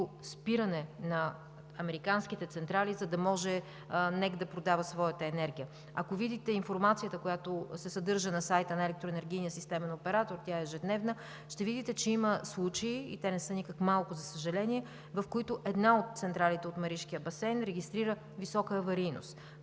спиране на американските централи, за да може НЕК да продава своята енергия. Ако видите информацията, която се съдържа на сайта на електроенергийния системен оператор, тя е ежедневна, ще видите, че има случаи и те не са никак малко, за съжаление, в които една от централите от Маришкия басейн регистрира висока аварийност.